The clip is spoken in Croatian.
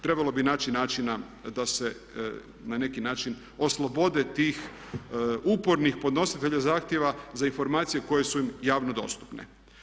Trebalo bi naći načina da se na neki način oslobode tih upornih podnositelja zahtjeva za informacije koje su im javno dostupne.